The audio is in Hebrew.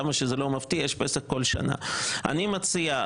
אני מציע,